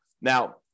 Now